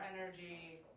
energy